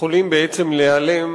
יכולים בעצם להיעלם